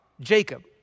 Jacob